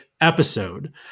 episode